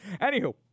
Anywho